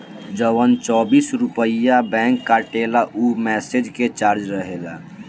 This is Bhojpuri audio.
जवन चौबीस रुपइया बैंक काटेला ऊ मैसेज के चार्ज रहेला